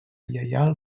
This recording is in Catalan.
lleial